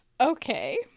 Okay